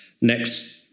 next